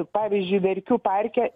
pavyzdžiui verkių parke